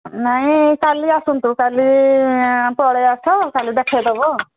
ନାଇଁ କାଲି ଆସନ୍ତୁ କାଲି ପଳେଇଆସ କାଲି ଦେଖେଇ ଦେବ